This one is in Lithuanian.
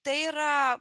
tai yra